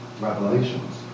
revelations